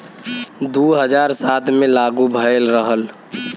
दू हज़ार सात मे लागू भएल रहल